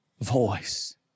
voice